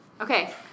Okay